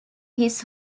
his